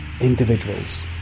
individuals